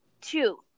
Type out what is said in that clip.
Two